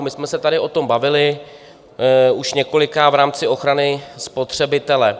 My jsme se tady o tom bavili už několikrát v rámci ochrany spotřebitele.